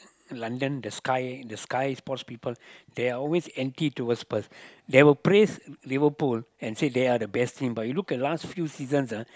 London the sky the sky force sports they are always anti towards Spurs they will praise Liverpool and say they are the best team but you look at last few seasons ah